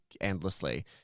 endlessly